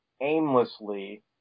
aimlessly